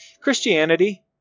Christianity